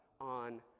on